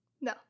No